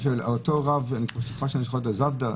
עורך דין יעקבי, אותו רב, זבדה?